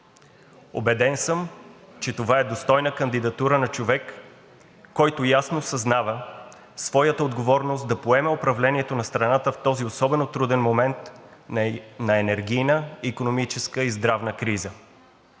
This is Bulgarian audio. Убеден съм, че това е достойна кандидатура на човек, който ясно осъзнава своята отговорност да поеме управлението на страната в този особено труден момент на енергийна, икономическа и здравна криза.